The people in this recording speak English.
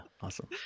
Awesome